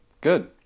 Good